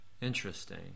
Interesting